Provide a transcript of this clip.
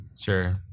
sure